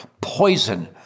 poison